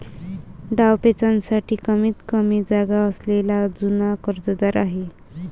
डावपेचांसाठी कमीतकमी जागा असलेला जुना कर्जदार आहे